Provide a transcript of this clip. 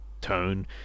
tone